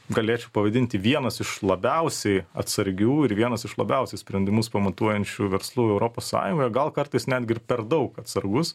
galėčiau pavadinti vienas iš labiausiai atsargių ir vienas iš labiausiai sprendimus pamatuojančių verslų europos sąjungoje gal kartais netgi per daug atsargus